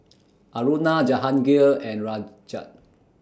Aruna Jahangir and Rajat